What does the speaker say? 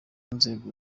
nzego